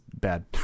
bad